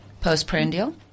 postprandial